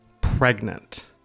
pregnant